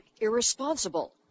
irresponsible